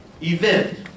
event